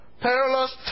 perilous